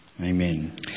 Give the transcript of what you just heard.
Amen